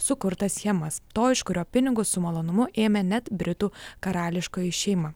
sukurtas schemas to iš kurio pinigus su malonumu ėmė net britų karališkoji šeima